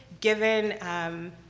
given